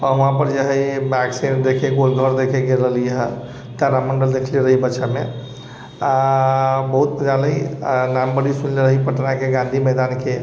आओर वहाँ पर जे हइ बाघ सभके देखै गोल घर देखैके रहलि है तारा मण्डल देखलै रहि बच्चामे आ बहुत जादा हि नाम बड़ी सुनने रहि पटनाके गाँधी मैदानके